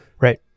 Right